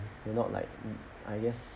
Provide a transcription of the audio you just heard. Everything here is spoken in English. you not like I guess